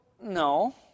no